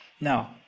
now